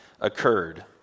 occurred